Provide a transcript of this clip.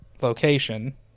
location